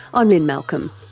i'm lynne malcolm.